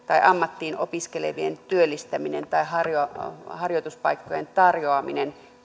ammattiin opiskelevien työllistämisen tai harjoituspaikkojen tarjoamisen